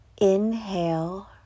Inhale